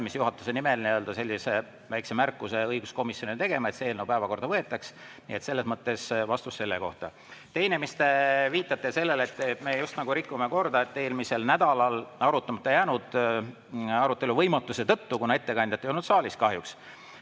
valmis juhatuse nimel nii-öelda sellise väikse märkuse õiguskomisjonile tegema, et see eelnõu päevakorda võetaks. Nii et see on selles mõttes vastus selle kohta. Teiseks, te viitate sellele, et me just nagu rikume korda eelmisel nädalal arutamata jäänud [küsimuse] arutelu võimatuse tõttu, kuna ettekandjat ei olnud saalis, kahjuks.